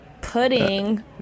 pudding